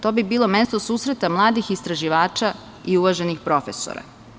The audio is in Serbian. To bi bilo mesto susreta mladih istraživača i uvaženih profesora.